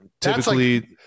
Typically